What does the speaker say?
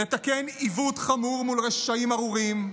לתקן עיוות חמור מול רשעים ארורים,